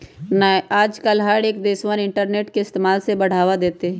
आजकल हर एक देशवन इन्टरनेट के इस्तेमाल से बढ़ावा देते हई